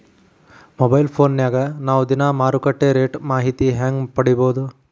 Mobile ಫೋನ್ಯಾಗ ನಾವ್ ದಿನಾ ಮಾರುಕಟ್ಟೆ ರೇಟ್ ಮಾಹಿತಿನ ಹೆಂಗ್ ಪಡಿಬೋದು?